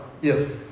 Yes